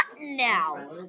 now